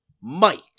Mike